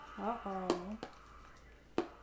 Uh-oh